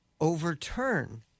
overturn